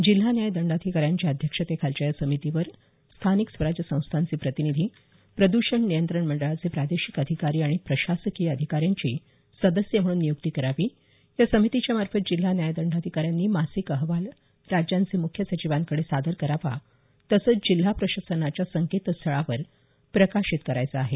जिल्हा न्यायदंडाधिकाऱ्यांच्या अध्यक्षतेखालच्या या समितीवर स्थानिक स्वराज्य संस्थांचे प्रतिनिधी प्रद्षण नियंत्रण मंडळाचे प्रादेशिक अधिकारी आणि प्रशासकीय अधिकाऱ्यांची सदस्य म्हणून नियुक्ती करावी या समितीच्या मार्फत जिल्हा न्यायदंडाधिकाऱ्यांनी मासिक अहवाल राज्यांचे मुख्य सचिवांकडे सादर करावा तसंच जिल्हा प्रशासनाच्या संकेतस्थळावर प्रकाशित करायचा आहे